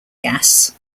gas